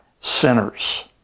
sinners